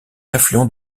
affluent